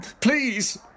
Please